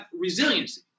resiliency